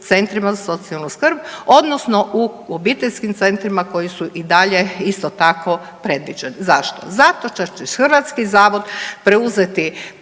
centrima za socijalnu skrb odnosno u obiteljskim centrima koji su i dalje isto tako predviđeni. Zašto? Zato što će hrvatski zavod preuzeti